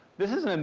this is, um